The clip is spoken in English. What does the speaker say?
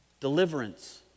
Deliverance